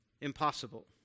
impossible